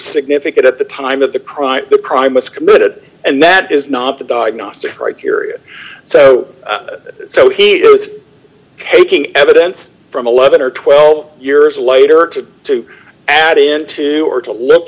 significant at the time of the crime the primus committed and that is not the diagnostic criteria so so here it was caking evidence from eleven or twelve years later to add into or to look